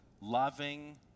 loving